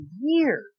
years